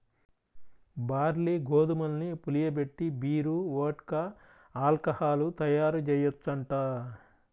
barley, గోధుమల్ని పులియబెట్టి beer, vodka, alcohol తయ్యారుజెయ్యొచ్చంట